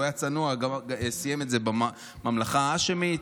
הוא היה צנוע וסיים את זה בממלכה ההאשמית.